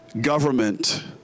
government